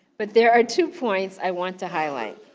but there are two points i want to highlight.